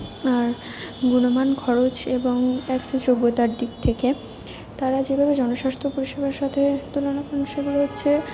আর গুণমান খরচ এবং অ্যাক্সেস যোগ্যতার দিক থেকে তারা যেভাবে জনস্বাস্থ্য পরিষেবার সাথে তুলনা